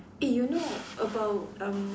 eh you know about um